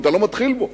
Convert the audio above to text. אם אתה לא מתחיל בו.